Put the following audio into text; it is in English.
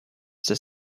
their